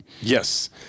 Yes